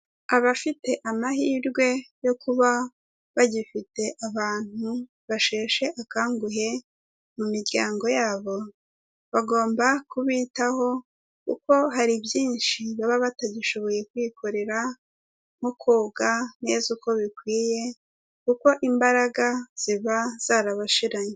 Abafite amahirwe yo kuba bagifite abantu basheshe akanguhe mu miryango yabo, bagomba kubitaho kuko hari byinshi baba batagishoboye kwikorera nko koga neza uko bikwiye kuko imbaraga ziba zarabashiranye.